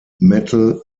metal